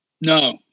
No